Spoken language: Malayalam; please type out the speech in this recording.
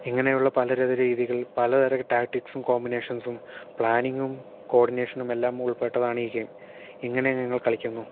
ഇങ്ങനെയുള്ള പലതര രീതികൾ പലതര ടാറ്റിക്സും കോമ്പിനേഷൻസും പ്ലാനിങ്ങും കോർഡിനേഷനും എല്ലാം ഉൾപ്പെട്ടതാണ് ഈ ഗെയിം ഇങ്ങനെ ഞങ്ങൾ കളിക്കുന്നു